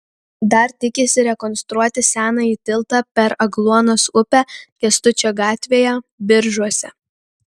dar tikisi rekonstruoti senąjį tiltą per agluonos upę kęstučio gatvėje biržuose